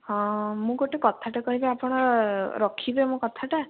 ହଁ ମୁଁ ଗୋଟେ କଥାଟେ କହିବି ଆପଣ ରଖିବେ ମୋ କଥାଟା